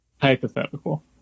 hypothetical